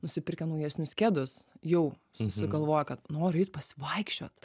nusipirkę naujesnius kedus jau susigalvoja kad noriu eit pasivaikščiot